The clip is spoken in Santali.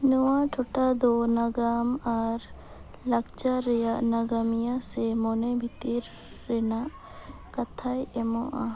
ᱱᱚᱣᱟ ᱴᱚᱴᱷᱟ ᱫᱚ ᱱᱟᱜᱟᱢ ᱟᱨ ᱞᱟᱠᱪᱟᱨ ᱨᱮᱭᱟᱜ ᱱᱟᱜᱟᱢᱤᱭᱟᱹ ᱥᱮ ᱢᱚᱱᱮ ᱵᱷᱤᱛᱤᱨ ᱨᱮᱱᱟᱜ ᱠᱟᱛᱷᱟᱭ ᱮᱢᱚᱜᱼᱟ